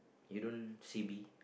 you don't C_B